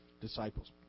disciples